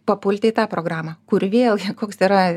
papulti į tą programą kur vėlgi koks yra